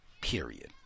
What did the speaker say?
period